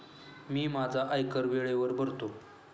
मी माझा आयकर वेळेवर भरतो